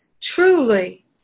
truly